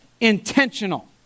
intentional